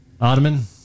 Ottoman